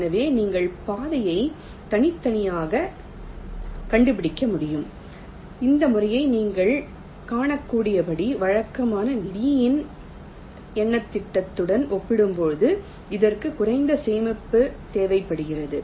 எனவே நீங்கள் பாதையை தனித்தனியாகக் கண்டுபிடிக்க முடியும் இந்த முறையை நீங்கள் காணக்கூடியபடி வழக்கமான லீயின் எண்ணைத் திட்டத்துடன் ஒப்பிடும்போது இதற்கு குறைந்த சேமிப்பு தேவைப்படுகிறது